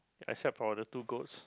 except for the two goats